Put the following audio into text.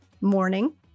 morning